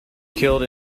killed